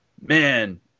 Man